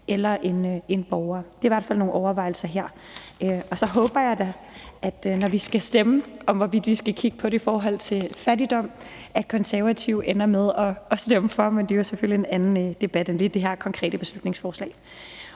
eller om en borger. Det er i hvert fald nogle overvejelser herfra. Og så håber jeg da, at De Konservative, når vi skal stemme om, hvorvidt vi skal kigge på det i forhold til fattigdom, ender med at stemme for – men det er selvfølgelig en anden debat end lige det her konkrete beslutningsforslag.